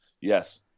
Yes